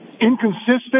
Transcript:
inconsistent